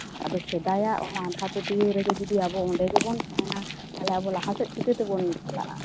ᱟᱫᱚ ᱥᱮᱫᱟᱭᱟᱜ ᱟᱸᱫᱷᱟ ᱯᱟᱹᱛᱭᱟᱹᱣ ᱨᱮᱜᱮ ᱡᱩᱫᱤ ᱟᱵᱚ ᱚᱸᱰᱮ ᱜᱮᱵᱚᱱ ᱛᱟᱦᱮᱱᱟ ᱛᱟᱞᱦᱮ ᱟᱵᱚ ᱞᱟᱦᱟ ᱥᱮᱫ ᱪᱤᱠᱟᱹ ᱛᱮᱵᱚᱱ ᱪᱟᱞᱟᱜᱼᱟ